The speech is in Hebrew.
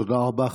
תודה רבה.